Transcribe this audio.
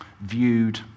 viewed